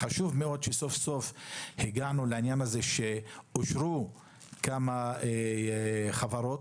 חשוב מאוד שסוף-סוף הגענו לכך שאושרו כמה חברות,